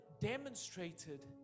demonstrated